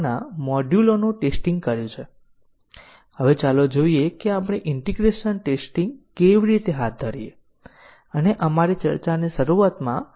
તે variable a ને વ્યાખ્યાયિત કરે છે અને સ્ટેટમેન્ટ 2 નો USES સમૂહ a અને b બંને છે કારણ કે a અને b બંને વપરાય છે